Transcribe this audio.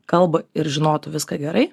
kalbą ir žinotų viską gerai